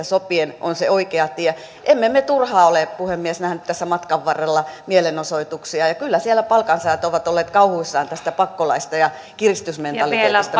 sopien on se oikea tie emme me turhaan ole puhemies nähneet tässä matkan varrella mielenosoituksia ja kyllä siellä palkansaajat ovat olleet kauhuissaan tästä pakkolaista ja kiristysmentaliteetista